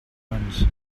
puns